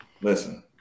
listen